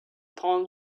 palm